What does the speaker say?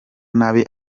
nabi